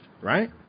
right